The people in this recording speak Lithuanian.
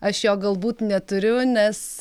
aš jo galbūt neturiu nes